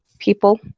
people